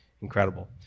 incredible